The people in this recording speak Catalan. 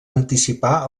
anticipar